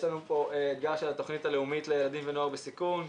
יש לנו פה אתגר של התוכנית הלאומית לילדים ונוער בסיכון.